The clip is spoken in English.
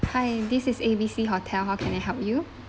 hi this is A_B_C hotel how can I help you